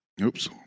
Oops